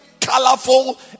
colorful